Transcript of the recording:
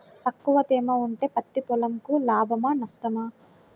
తక్కువ తేమ ఉంటే పత్తి పొలంకు లాభమా? నష్టమా?